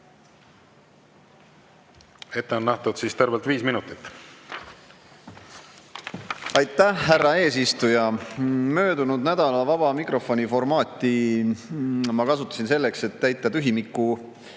Ette on nähtud tervelt viis minutit. Aitäh, härra eesistuja! Möödunud nädala vaba mikrofoni formaati ma kasutasin selleks, et täita tühimikku,